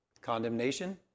Condemnation